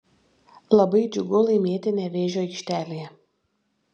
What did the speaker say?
labai džiugu laimėti nevėžio aikštelėje